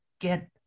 get